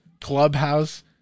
clubhouse